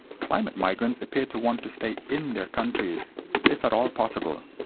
climate migrants appear to want to stay in their countries if at all possible.